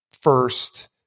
first